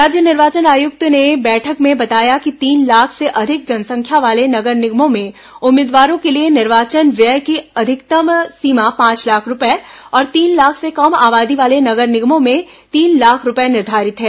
राज्य निर्वाचन आयुक्त ने बैठक में बताया कि तीन लाख से अधिक जनसंख्या वाले नगर निगमों में उम्मीदवारों के लिए निर्वाचन व्यय की अधिकतम सीमा पांच लाख रूपए और तीन लाख से कम आबादी वाले नगर निगमों में तीन लाख रूपए निर्धारित है